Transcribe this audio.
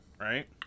right